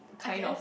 I guess